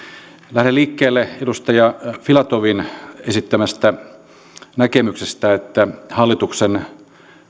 lähden liikkeelle edustaja filatovin esittämästä näkemyksestä että hallituksen